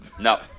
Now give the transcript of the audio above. No